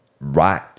right